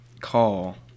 call